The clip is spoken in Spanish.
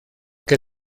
que